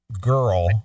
girl